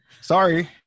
Sorry